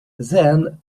then